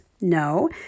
No